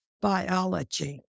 biology